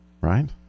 Right